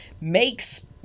makes